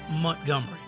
Montgomery